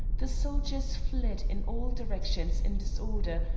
the soldiers fled in all directions in disorder,